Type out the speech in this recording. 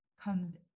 comes